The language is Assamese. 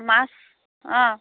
মাছ অ'